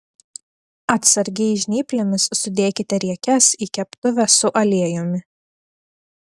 atsargiai žnyplėmis sudėkite riekes į keptuvę su aliejumi